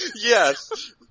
Yes